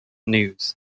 news